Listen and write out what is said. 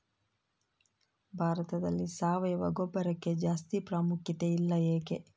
ಭಾರತದಲ್ಲಿ ಸಾವಯವ ಗೊಬ್ಬರಕ್ಕೆ ಜಾಸ್ತಿ ಪ್ರಾಮುಖ್ಯತೆ ಇಲ್ಲ ಯಾಕೆ?